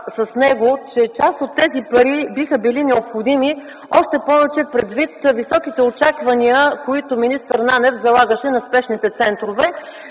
с него, че част от тези пари биха били необходими, още повече предвид високите очаквания, които министър Нанев залагаше на спешните центрове